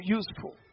useful